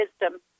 wisdom